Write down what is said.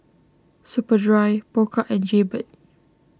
Superdry Pokka and Jaybird